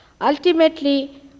ultimately